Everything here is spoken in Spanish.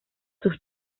sus